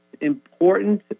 important